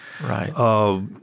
Right